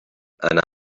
and